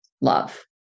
love